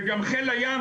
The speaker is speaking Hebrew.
וגם חיל הים,